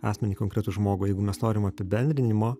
asmenį konkretų žmogų jeigu mes norim apibendrinimo